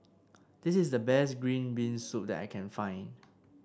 this is the best Green Bean Soup that I can find